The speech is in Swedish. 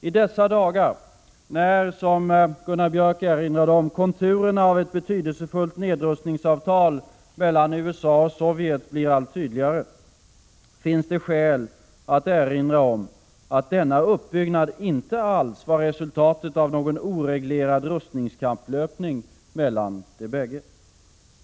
I dessa dagar, när, som Gunnar Björk i Gävle erinrade om, konturerna av ett betydelsefullt nedrustningsavtal mellan USA och Sovjet blir allt tydligare, finns det kanske skäl att erinra om att denna uppbyggnad inte alls var ett resultat av någon oreglerad rustningskapplöpning mellan de bägge.